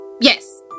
yes